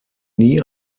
nie